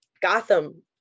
Gotham